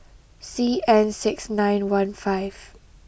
C N six nine one five